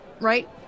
right